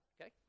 okay